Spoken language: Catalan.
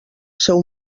seu